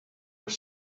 were